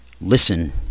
listen